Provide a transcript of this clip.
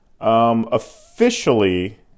Officially